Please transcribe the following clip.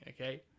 okay